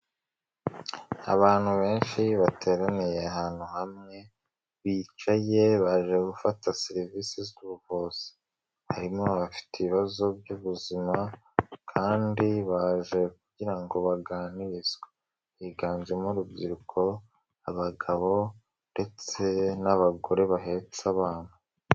Abantu benshi bateraniye ahantu hamwe ,bicaye baje gufata serivisi z'ubuvuzi harimo aba bafite ibibazo by'ubuzima, kandi baje kugira ngo baganirizwe. Higanjemo urubyiruko abagabo ndetse n'abagore bahetse abana.